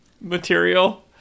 material